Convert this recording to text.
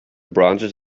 branches